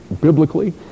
biblically